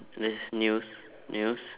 there's news news